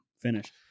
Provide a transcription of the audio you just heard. finish